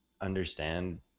understand